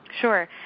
Sure